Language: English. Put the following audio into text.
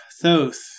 Thoth